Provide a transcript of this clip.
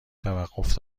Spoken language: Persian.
توقف